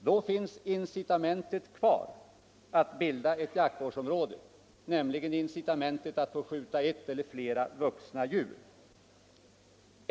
Då finns incitamentet att bilda ett jaktvårdsområde kvar, nämligen incitamentet att få skjuta ett eller flera vuxna djur.